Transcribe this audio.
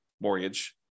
mortgage